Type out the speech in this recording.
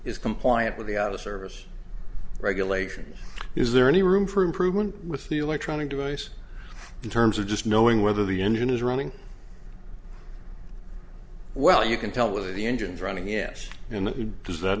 is compliant with the out of service regulations is there any room for improvement with the electronic device in terms of just knowing whether the engine is running well you can tell whether the engines running is in that he does that